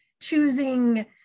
choosing